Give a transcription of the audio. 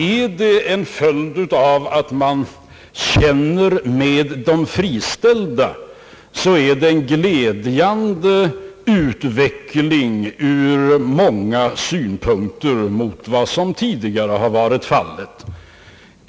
är det en följd av att man känner med de friställda, så är det ur många synpunkter en glädjande utveckling mot vad som tidigare varit fallet.